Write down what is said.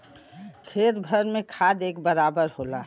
खेत भर में खाद एक बराबर होला